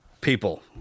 people